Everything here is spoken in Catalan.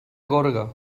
gorga